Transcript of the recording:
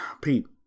Pete